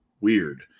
weird